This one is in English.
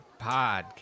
Podcast